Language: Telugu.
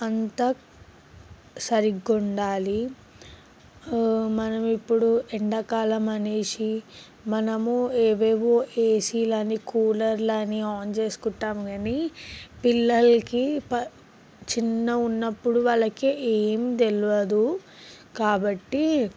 అంత సరిగ్గా ఉండాలి మనం ఇప్పుడు ఎండాకాలం అనేసి మనము ఏవేవో ఏసీలని కూలర్లని ఆన్ చేసుకుంటాము కానీ పిల్లలకి ప చిన్నగా ఉన్నప్పుడు వాళ్ళకి ఏం తెలియదు కాబట్టి